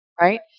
right